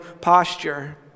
posture